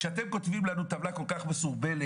כשאתם כותבים לנו טבלה כל כך מסורבלת,